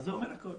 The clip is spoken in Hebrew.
אז זה אומר הכול.